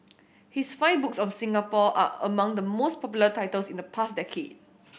his five books of Singapore are among the most popular titles in the past decade